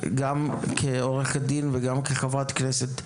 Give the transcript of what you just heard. גם כעורכת דין וגם כחברת כנסת,